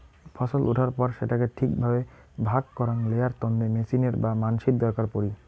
ফছল উঠার পর সেটাকে ঠিক ভাবে ভাগ করাং লেয়ার তন্নে মেচিনের বা মানসির দরকার পড়ি